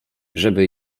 żeby